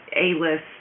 A-list